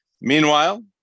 meanwhile